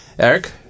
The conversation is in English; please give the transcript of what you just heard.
Eric